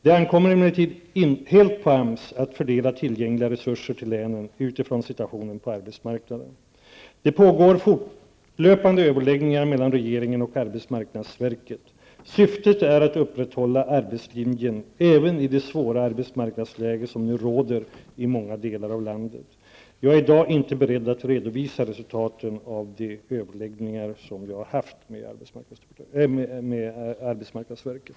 Det ankommer emellertid helt på AMS att fördela tillgängliga resurser till länen utifrån situationen på arbetsmarknaden. Det pågår fortlöpande överläggningar mellan regeringen och arbetsmarknadsverket. Syftet är att upprätthålla arbetslinjen även i det svåra arbetsmarknadsläge som nu råder i många delar av landet. Jag är i dag inte beredd att redovisa resultaten av dessa överläggningar som vi har haft med arbetsmarknadsverket.